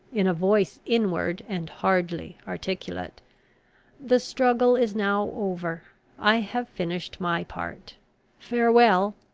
in a voice inward and hardly articulate the struggle is now over i have finished my part farewell!